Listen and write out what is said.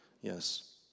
Yes